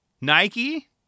Nike